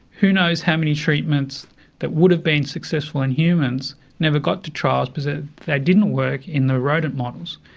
who knows how many treatments that would have been successful in, humans never got to trials because ah they didn't work in the rodent models.